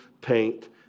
paint